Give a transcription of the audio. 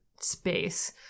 space